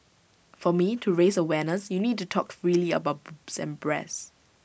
for me to raise awareness you need to talk freely about boobs and breasts